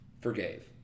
forgave